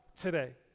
today